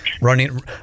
running